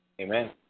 Amen